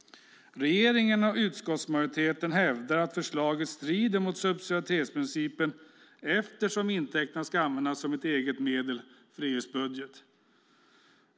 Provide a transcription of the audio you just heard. Regeringen och utskottsmajoriteten hävdar att förslaget strider mot subsidiaritetsprincipen eftersom intäkterna ska användas som ett eget medel för EU:s budget.